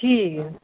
ਠੀਕ